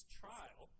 trial